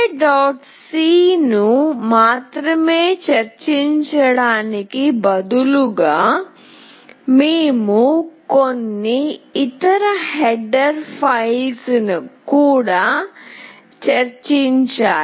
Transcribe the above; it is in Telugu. c ను మాత్రమే చేర్చడానికి బదులుగా మేము కొన్ని ఇతర హెడర్ ఫైళ్ళను కూడా చేర్చాలి